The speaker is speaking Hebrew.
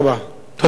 תודה רבה, אדוני.